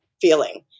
feeling